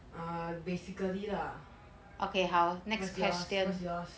err basically lah what's yours what's yours